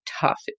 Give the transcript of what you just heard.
tough